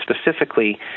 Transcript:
specifically